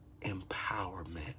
empowerment